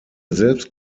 selbst